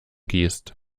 gießt